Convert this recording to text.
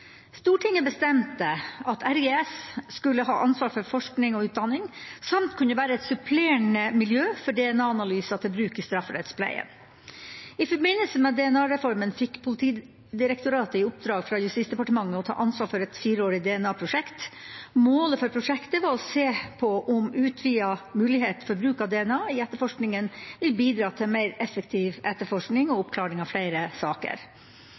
Stortinget bestemte at RGS skulle ha ansvar for forskning og utdanning samt være et supplerende miljø for DNA-analyser til bruk i strafferettspleien. I forbindelse med DNA-reformen fikk Politidirektoratet i oppdrag fra Justisdepartementet å ta ansvar for et fireårig DNA-prosjekt. Målet for prosjektet var å se på om utvidet mulighet for bruk av DNA i etterforskninga ville bidra til en mer effektiv etterforskning og oppklaring av flere saker.